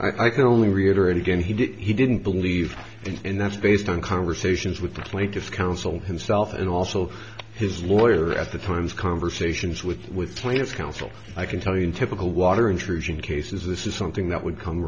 i can only reiterate again he didn't believe it and that's based on conversations with the plaintiff counsel himself and also his lawyer at the times conversations with with plaintiff's counsel i can tell you in typical water intrusion cases this is something that would come